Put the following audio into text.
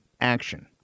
action